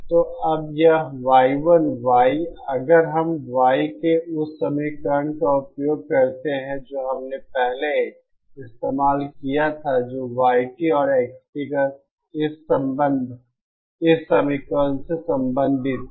तो अब यह y1 y अगर हम y के लिए उसी समीकरण का उपयोग करते हैं जो हमने पहले इस्तेमाल किया था जो y और x इस संबंध इस समीकरण से संबंधित हैं